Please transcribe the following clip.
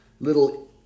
Little